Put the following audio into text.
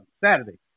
Saturday